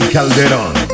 Calderón